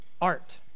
art